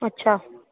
अच्छा